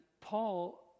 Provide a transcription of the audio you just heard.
Paul